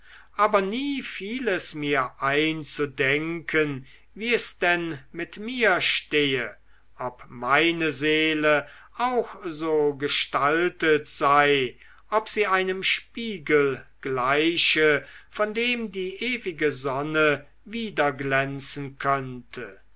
aber nie fiel es mir ein zu denken wie es denn mit mir stehe ob meine seele auch so gestaltet sei ob sie einem spiegel gleiche von dem die ewige sonne widerglänzen könnte